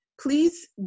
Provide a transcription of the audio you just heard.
please